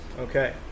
Okay